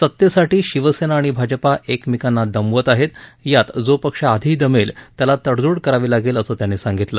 सत्तेसाठी शिवसेना अणि भाजपा एकमेकांना दमवत आहेत यात जो पक्ष आधी दमेल त्याला तडजोड करावी लागेल असं त्यांनी सांगितलं